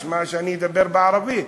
הוא ישמע שאני אדבר בערבית.